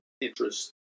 interest